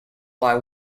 why